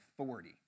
authority